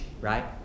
right